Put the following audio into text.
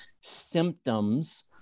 symptoms